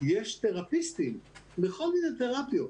יש תרפיסטים בכל מיני תרפיות,